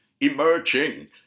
emerging